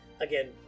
again